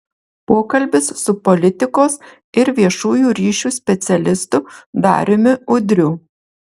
pokalbis su politikos ir viešųjų ryšių specialistu dariumi udriu